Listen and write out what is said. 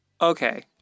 Okay